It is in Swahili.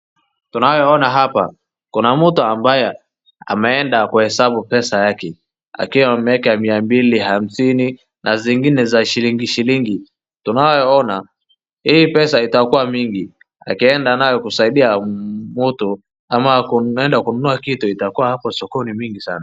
Tunayoona hapa, kuna mtu ambaye ameenda kuhesabu pesa yake akiwa ameeka mia mbili, hamsini na zingine za shilingi shilingi, tunayoona, hii pesa itakuwa mingi, akienda nayo kusaidia mtu ama ameenda kununua kitu itakuwa hapo sokoni mingi sana.